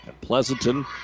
Pleasanton